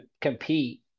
compete